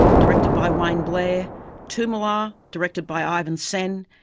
directed by wayne blair toomelah, directed by ivan sen,